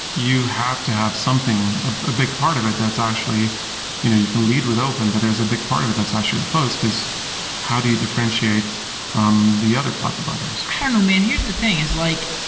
you have to have something, a big part of it that's actually you know you can lead with open, but there's a big part of it that's actually closed, because how do you differentiate from the other cloud providers? i don't know, man. here's the thing, is like,